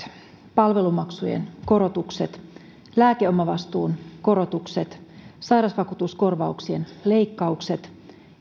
palvelumaksujen korotukset lääkeomavastuun korotukset sairausvakuutuskorvauksien leikkaukset